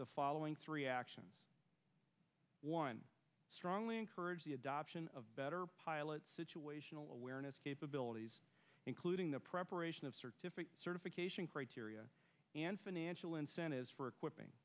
the following three actions one strongly encourage the adoption of better pilot situational awareness capabilities including the preparation of certification criteria and financial incentives for equipping